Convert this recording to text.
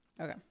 Okay